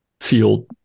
field